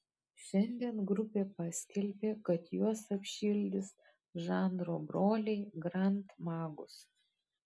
šiandien grupė paskelbė kad juos apšildys žanro broliai grand magus